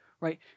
right